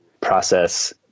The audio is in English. process